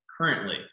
Currently